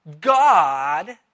God